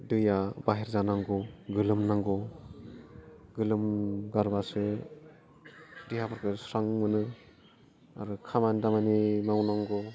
दैया बाहेर जानांगौ गोलोमनांगौ गोलोमगारबासो देहाफोरखौ स्रां मोनो आरो खामानि दामानि मावनांगौ